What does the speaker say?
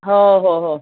हो हो हो